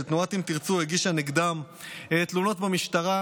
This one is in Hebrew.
תנועת אם תרצו הגישה נגדם תלונות במשטרה,